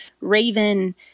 raven